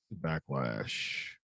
Backlash